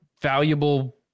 valuable